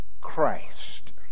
Christ